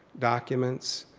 documents,